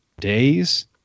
days